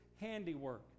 handiwork